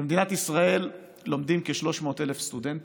במדינת ישראל לומדים כ-300,000 סטודנטים,